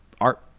Art